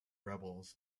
rebels